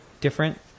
different